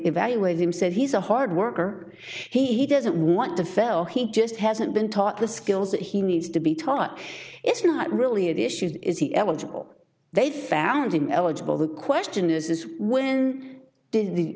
evaluate him said he's a hard worker he doesn't want to fell he just hasn't been taught the skills that he needs to be taught it's not really an issue is he eligible they found him eligible the question is is when